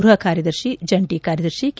ಗೃಹ ಕಾರ್ತದರ್ಶಿ ಜಂಟಿ ಕಾರ್ತದರ್ಶಿ ಕೆ